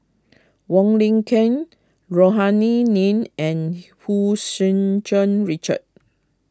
Wong Lin Ken Rohani Din and Hu Tsu Tau Richard